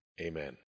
Amen